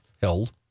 held